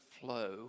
flow